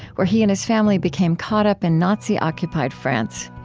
where he and his family became caught up in nazi-occupied france.